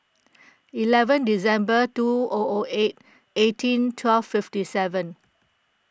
eleven December two O O eight eighteen twelve fifty seven